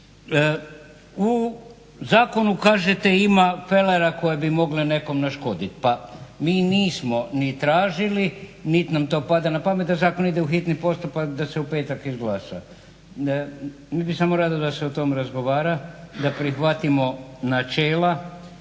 U zakonu kažete ima felera koji bi mogli nekom naškodit. Pa mi nismo ni tražili nit nam to pada na pamet da zakon ide u hitni postupak, da se u petak izglasa. Mi bi samo rado da se o tom razgovara, da prihvatimo načela